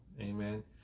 Amen